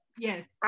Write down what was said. Yes